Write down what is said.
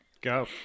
Go